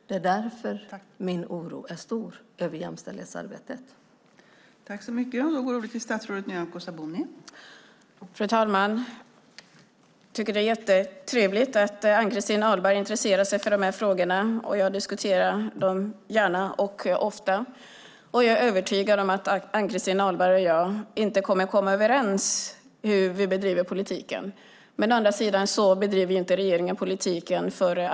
Det är därför min oro över jämställdhetsarbetet är stor.